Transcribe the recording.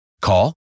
Call